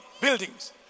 Buildings